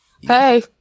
Hey